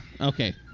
Okay